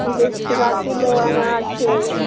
बीस टका किलो अनार छै